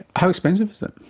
how expensive is it?